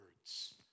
words